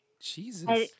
Jesus